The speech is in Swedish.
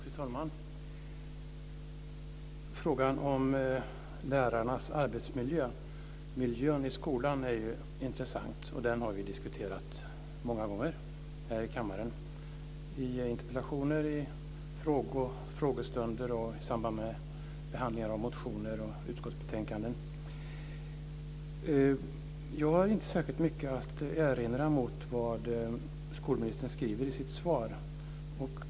Fru talman! Frågan om lärarnas arbetsmiljö, miljön i skolan, är intressant, och den har vi diskuterat många gånger här i kammaren i interpellationer, i frågestunder och i samband med behandlingen av motioner och utskottsbetänkanden. Jag har inte särskilt mycket att erinra mot vad skolministern skriver i sitt svar.